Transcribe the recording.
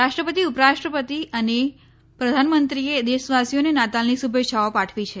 રાષ્ટ્રપતિ ઉપરાષ્ટ્રપતિ અને પ્રધાનમંત્રી એ દેશવાસીઓને નાતાલની શુભેચ્છાઓ પાઠવી છે